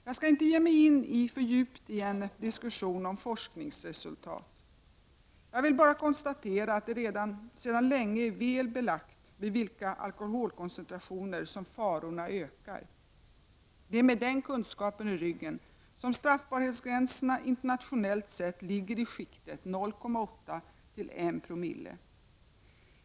Jag skall inte ge mig in för djupt i en diskussion om forskningsresultat. Jag vill bara konstatera att det sedan länge är väl belagt vid vilka alkoholkoncentrationer farorna ökar. Det är med den kunskapen i ryggen som man internationellt har låtit straffbarhetsgränserna ligga i skiktet 0,8-1 bo.